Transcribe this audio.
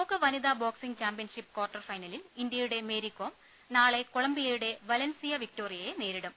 ലോക വനിതാ boxing championship quarter ഫൈന ലിൽ ഇന്ത്യയുടെ മേരികോം നാളെ കൊളംബിയയുടെ വലൻസിയ വിക്ടോറിയയെ നേരിടും